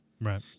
right